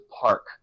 park